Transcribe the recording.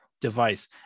device